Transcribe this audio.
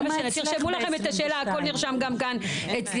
תרשמו לכם את השאלה, הכול נרשם גם כאן אצלי.